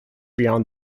beyond